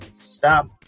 stop